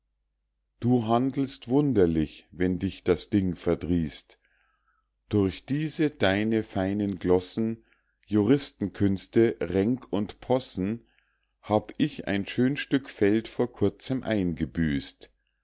du handelst wunderlich wenn dich das ding verdrießt durch diese deine feinen glossen juristen künste ränk und possen hab ich ein schön stück feld vor kurzem eingebüßt